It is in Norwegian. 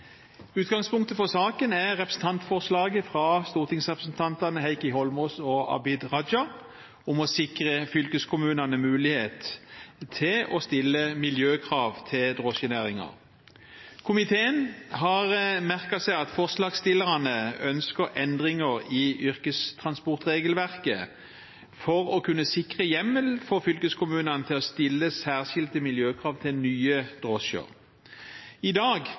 Utgangspunktet for saken er representantforslaget fra stortingsrepresentantene Heikki Eidsvoll Holmås og Abid Q. Raja om å sikre fylkeskommunene mulighet til å stille miljøkrav til drosjenæringen. Komiteen har merket seg at forslagsstillerne ønsker endringer i yrkestransportregelverket for å kunne sikre hjemmel for fylkeskommunene til å stille særskilte miljøkrav til nye drosjer. I dag